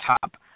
top